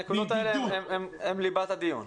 הנקודות האלה הן ליבת הדיון.